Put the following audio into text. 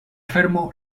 fermo